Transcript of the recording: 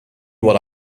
what